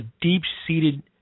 deep-seated